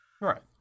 right